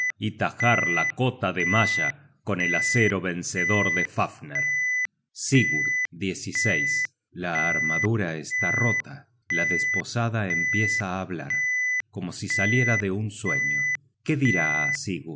y tajar la cota de malla con el acero vencedor de fafner sigurd la armadura está rota la desposada empieza á hablar como si saliera de un sueño qué dirá á